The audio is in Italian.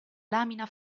lamina